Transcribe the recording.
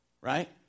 right